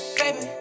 baby